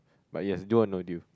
but yes deal or no deal